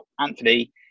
Anthony